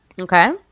Okay